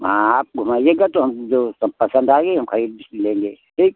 हाँ आप घुमाइएगा तो हम जो सब पसंद आएगी हम ख़रीद लेंगे ठीक